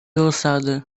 osady